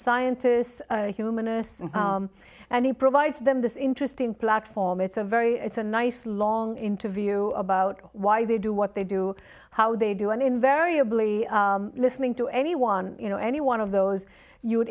scientists humanists and he provides them this interesting platform it's a very it's a nice long interview about why they do what they do how they do and invariably listening to anyone you know any one of those you would